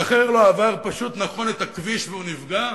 ואחר פשוט לא עבר נכון את הכביש והוא נפגע.